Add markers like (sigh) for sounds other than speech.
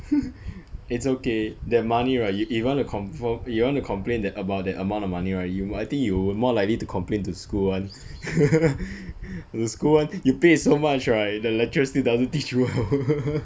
(laughs) it's okay that money right you if~ if you want to confirm you want to complain that about that amount of money right you I think you more likely to complain to school [one] (laughs) the school one you pay so much right the lecturer still doesn't teach you (laughs)